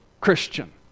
Christian